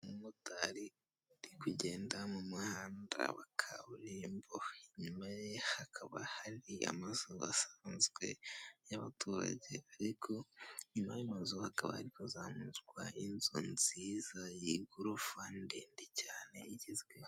Umumotari uri kugenda mu muhanda wa kaburimbo inyuma ye hakaba hari amazu asanzwe y'abaturage, ariko inyuma y'ayo mazu hakaba hari kuzamurwa inzu nziza y'igorofa ndende cyane igizwe